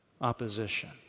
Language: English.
opposition